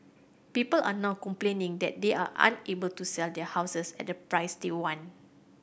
people are now complaining that they are unable to sell their houses at the price they want